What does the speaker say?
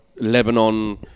Lebanon